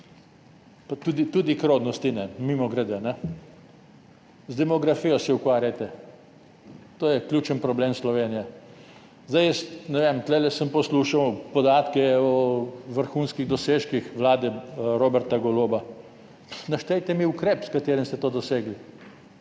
pa tudi k rodnosti ne, mimogrede. Z demografijo se ukvarjajte. To je ključen problem Slovenije. Jaz ne vem, tu sem poslušal podatke o vrhunskih dosežkih vlade Roberta Goloba. Naštejte mi ukrep, s katerim ste to dosegli.